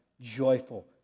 joyful